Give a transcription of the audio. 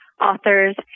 authors